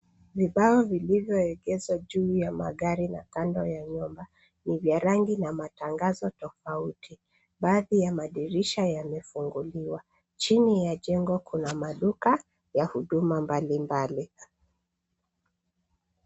Vibao vilivyoegezwa juu ya magari na kando ya nyumba. Ni vya rangi na matangazo tofauti. Baadhi ya madirisha yamefunguliwa. Chini ya jengo kuna maduka ya huduma mbali mbali.